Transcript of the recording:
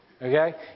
Okay